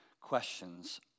questions